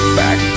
back